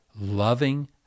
loving